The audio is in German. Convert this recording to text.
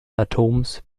atoms